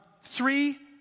three